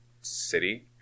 city